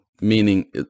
meaning